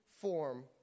form